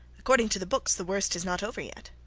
according to the books the worst is not over yet.